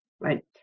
right